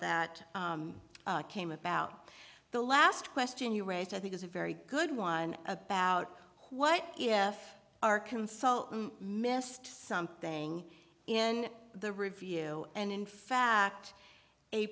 that came about the last question you raised i think is a very good one about what if our consultant missed something in the review and in fact a